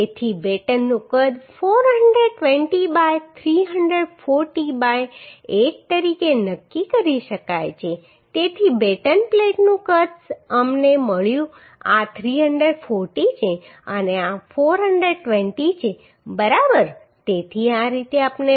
તેથી બેટનનું કદ 420 બાય 340 બાય 8 તરીકે નક્કી કરી શકાય છે તેથી બેટન પ્લેટનું કદ અમને મળ્યું આ 340 છે અને આ 420 છે બરાબર તેથી આ રીતે આપણે બેટનના પરિમાણો શોધી શકીએ